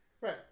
Right